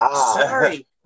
Sorry